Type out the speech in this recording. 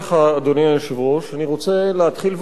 אני רוצה להתחיל ולברך את יוזמי החוק,